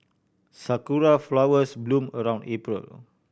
sakura flowers bloom around April